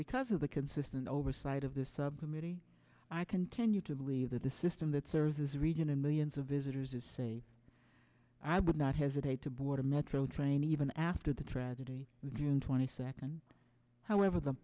because of the consistent oversight of this subcommittee i continue to believe that the system that serves this region and millions of visitors is say i would not hesitate to board a metro train even after the tragedy june twenty second however the